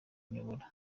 nyobora